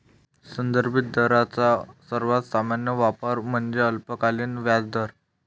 संदर्भित दरांचा सर्वात सामान्य वापर म्हणजे अल्पकालीन व्याजदर